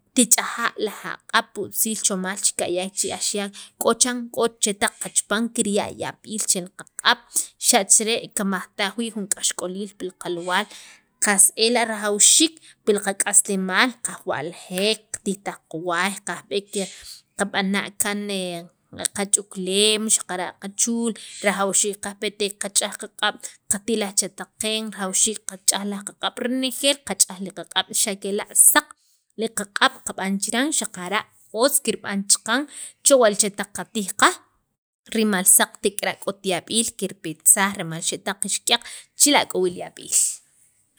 tich'aja' laj aq'ab' pu'tziil chomaal, chi, ka'yak chi axyak k'o chan k'o chetaq qachapan kirya' yab'iil che qaq'ab', xachire' kimajtaj jun k'axk'oliil pil qalwaal qas ela' rajawxiik pil qak'aslemaal kaj wa'ljek, kitijtaj qaway kajb'ek qaqb'ana' kan qa ch'ukleem, xaqara' qachul rajawxiik kajpetek qach'aj qaq'ab' qitij laj chetaq qeen rajawxiik qach'aj laj qaq'ab' renejeel qach'aj laj qaq'ab' xakela' saq qab'an chiran xa kela' otz kirb'an chaqan saq li chetaq qatijqaj rimal wa saq k'ot yab'iil kirpetsaaj rimaal xe'taq qixk'yaq chira' k'o wi' yab'iil.